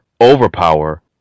overpower